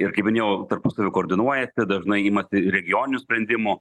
ir kaip minėjau tarpusavy koordinuojasi dažnai imasi regioninių sprendimų